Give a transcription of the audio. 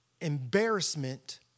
embarrassment